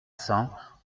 cents